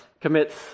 commits